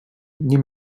nie